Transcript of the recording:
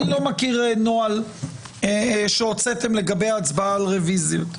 אני לא מכיר נוהל שהוצאתם לגבי ההצבעה על רוויזיות.